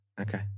Okay